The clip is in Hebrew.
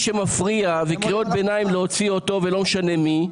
שמפריע וקריאות ביניים להוציא אותו ולא משנה מי,